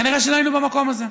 כנראה שלא היינו במקום הזה.